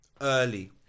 Early